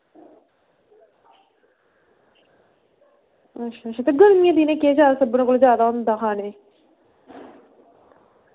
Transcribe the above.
ते गर्मियें दिनें सभनें कशा जादै केह् होंदा खानै गी